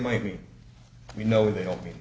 might mean you know they don't mean